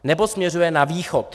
Nebo směřuje na Východ.